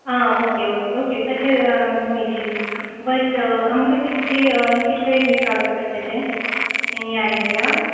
आं okay okay okay तशें no issues but आमकां कितकी कितले दीस रावचे पडटले एनी आयडिया